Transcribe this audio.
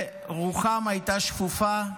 רוחם הייתה שפופה,